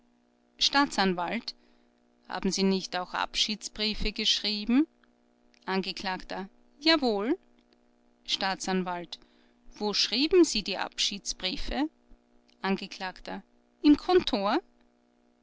staatsanwalt haben sie nicht auch abschiedsbriefe geschrieben angekl jawohl staatsanwalt wo schrieben sie die abschiedsbriefe angekl im kontor